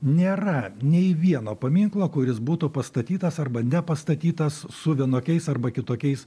nėra nei vieno paminklo kuris būtų pastatytas arba nepastatytas su vienokiais arba kitokiais